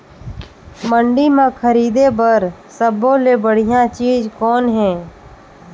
मंडी म खरीदे बर सब्बो ले बढ़िया चीज़ कौन हे?